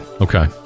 Okay